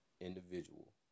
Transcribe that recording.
individual